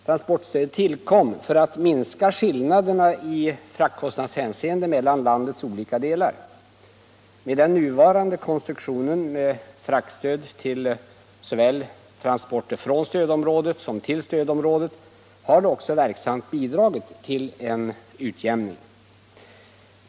Transportstödet tillkom för att minska skillnaderna i fraktkostnadshänseende mellan landets olika delar. Den nuvarande konstruktionen med fraktstöd till transporter såväl från som till stödområdet har också verksamt bidragit till en utjämning.